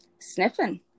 sniffing